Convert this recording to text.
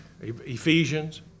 Ephesians